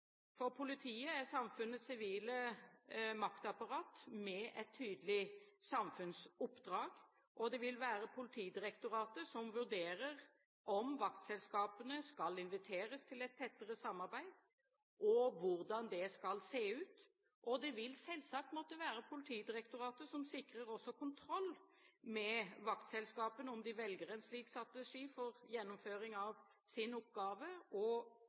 Politiet er samfunnets sivile maktapparat med et tydelig samfunnsoppdrag, og det vil være Politidirektoratet som vurderer om vaktselskapene skal inviteres til et tettere samarbeid, og hvordan det skal se ut. Det vil selvsagt måtte være Politidirektoratet som sikrer også kontroll med vaktselskapene, om de velger en slik strategi for gjennomføring av sin oppgave.